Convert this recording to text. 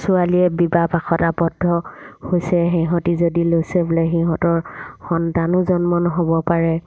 ছোৱালীয়ে বিবাহপাশত আৱদ্ধ হৈছে সিহঁতি যদি লৈছে বোলে সিহঁতৰ সন্তানো জন্ম নহ'ব পাৰে